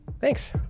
Thanks